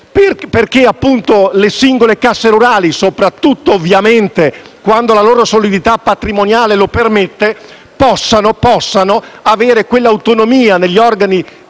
affinché le singole casse rurali, soprattutto quando la loro solidità patrimoniale lo permetta, possano avere quell'autonomia negli organi